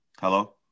Hello